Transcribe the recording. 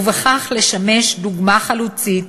ובכך לשמש דוגמה חלוצית,